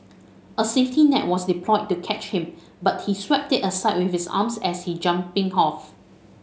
a safety net was deployed to catch him but he swept it aside with his arms as he jumping off